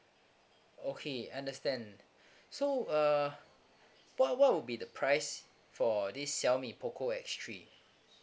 okay understand so uh what what would be the price for this xiaomi poco X three